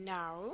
now